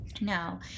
Now